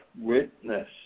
witness